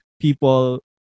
people